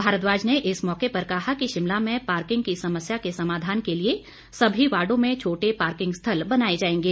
भारद्वाज ने इस मौके पर कहा कि शिमला में पार्किंग की समस्या के समाधान के लिए सभी वॉर्डो में छोटे पार्किंग स्थल बनाए जाएंगे